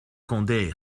condé